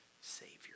Savior